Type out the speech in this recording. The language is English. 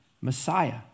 Messiah